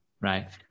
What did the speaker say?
right